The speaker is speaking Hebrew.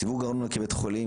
סיווג הארנונה כ-"בית חולים",